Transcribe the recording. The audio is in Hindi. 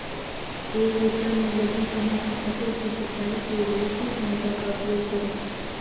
एक एकड़ में लगी गेहूँ की फसल की सिंचाई के लिए किस मोटर का उपयोग करें?